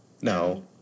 No